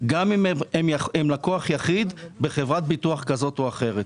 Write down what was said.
גם אם הם לקוח יחיד בחברת ביטוח כזאת או אחרת.